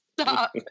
Stop